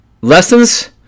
Lessons